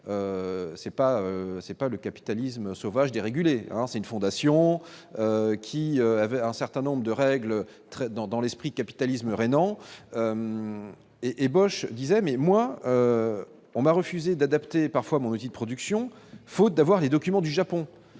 c'est pas le capitalisme sauvage dérégulé ainsi une fondation qui avait un certain nombre de règles très dans dans l'esprit capitalisme rhénan et ébauche disait mais moi on m'a refusé d'adapter parfois outil production faute d'avoir les documents du Japon et